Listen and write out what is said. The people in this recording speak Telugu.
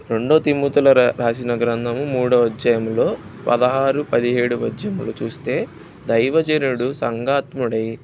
రెండో తిమోతిల రాసిన గ్రంథం మూడో అధ్యాయంలో పదహారు పదిహేడు అధ్యాయంలు చూస్తే దైవజనడు సంగాత్ముడై